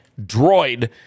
droid